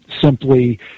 simply